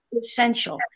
essential